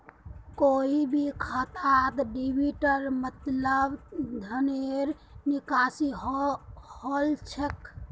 कोई भी खातात डेबिटेर मतलब धनेर निकासी हल छेक